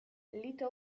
little